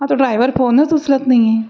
हा तो ड्रायव्हर फोनच उचलत नाही आहे